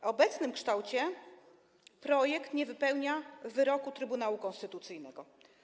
W obecnym kształcie projekt nie wypełnia wyroku Trybunału Konstytucyjnego.